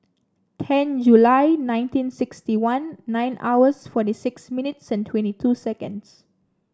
ten July nineteen sixty one nine hours forty six minutes and twenty two seconds